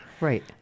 Right